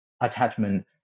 attachment